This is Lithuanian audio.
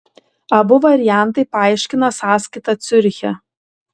abu variantai paaiškina sąskaitą ciuriche